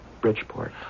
Bridgeport